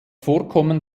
vorkommen